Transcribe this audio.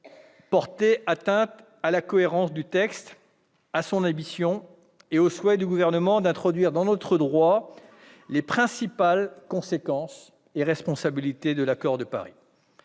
portaient atteinte à la cohérence du texte, à son ambition et au souhait du Gouvernement d'introduire dans notre droit les principales conséquences de l'accord de Paris,